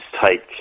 take